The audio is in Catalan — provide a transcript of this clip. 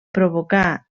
provocar